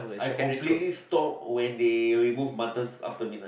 I completely stopped after they removed muttons after midnight